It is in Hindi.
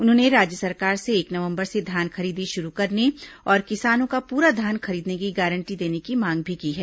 उन्होंने राज्य सरकार से एक नवंबर से धान खरीदी शुरू करने और किसानों का पूरा धान खरीदने की गारंटी देने की मांग भी की है